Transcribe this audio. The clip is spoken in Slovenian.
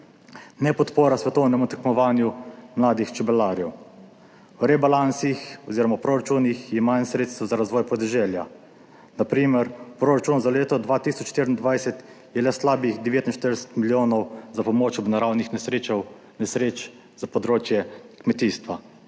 ne podpora svetovnemu tekmovanju mladih čebelarjev. V rebalansih oziroma v proračunih je manj sredstev za razvoj podeželja. Na primer proračun za leto 2024 je le slabih 49 milijonov za pomoč ob naravnih nesreč za področje kmetijstva,